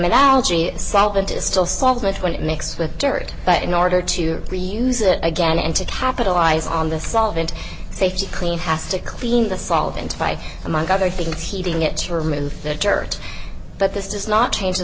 analogy solvent is still solvent when mixed with dirt but in order to reuse it again and to capitalize on the solvent safety clean has to clean the solvent by among other things heating it to remove the dirt but this does not change the